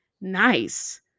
nice